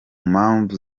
mpamvu